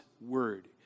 word